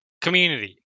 community